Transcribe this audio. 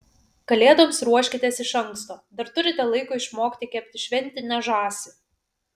kalėdoms ruoškitės iš anksto dar turite laiko išmokti kepti šventinę žąsį